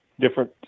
different